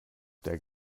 der